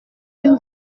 une